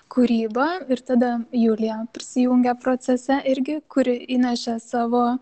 kūrybą ir tada julija prisijungė procese irgi kuri įnešė savo